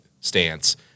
stance